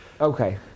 Okay